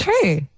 true